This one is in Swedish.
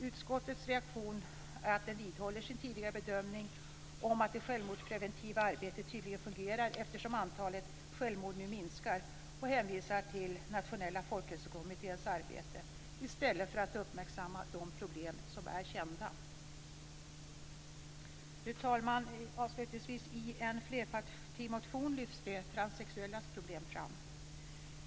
Utskottets reaktion är att den vidhåller sin tidigare bedömning om att det självmordspreventiva arbetet tydligen fungerar, eftersom antalet självmord nu minskar och hänvisar till Nationella folkhälsokommitténs arbete i stället för att uppmärksamma de problem som är kända. Fru talman! I en flerpartimotion lyfts de transsexuellas problem fram.